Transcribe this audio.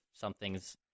something's